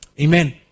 Amen